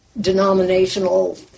denominational